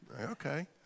Okay